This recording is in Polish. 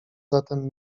zatem